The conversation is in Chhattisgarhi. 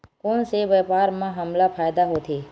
कोन से व्यापार म हमला फ़ायदा होथे?